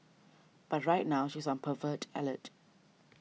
but right now she is on pervert alert